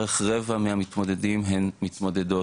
בערך רבע מהמתמודדים הן מתמודדות